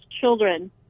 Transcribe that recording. children